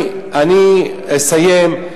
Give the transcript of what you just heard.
אני אסיים,